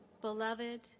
Beloved